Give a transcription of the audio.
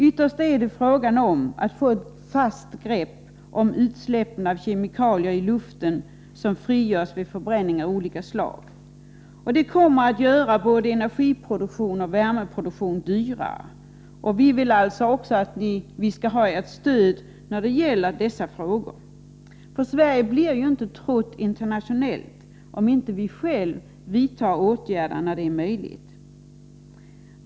Ytterst är det fråga om att få ett fast grepp om utsläppen i luften av de kemikalier som frigörs vid förbränning av olika slag. Det kommer att göra både energiproduktionen och värmeproduktionen dyrare. Vi vill ha ett stöd när det gäller dessa frågor. För Sverige blir inte trott internationellt, om vi inte själva vidtar åtgärder när så är möjligt.